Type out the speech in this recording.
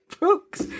books